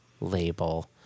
label